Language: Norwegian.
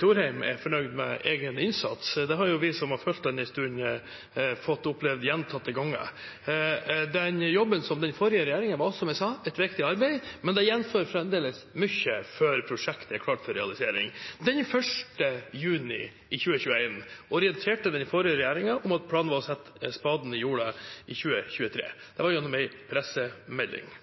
Thorheim er fornøyd med egen innsats – det har vi som har fulgt ham en stund, fått oppleve gjentatte ganger. Den jobben som den forrige regjeringen gjorde, var, som jeg sa, et viktig arbeid, men det gjenstår fremdeles mye før prosjektet er klart for realisering. Den 1. juni 2021 orienterte den forrige regjeringen om at planen var å sette spaden i jorda i 2023. Det var gjennom en pressemelding.